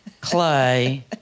clay